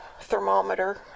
thermometer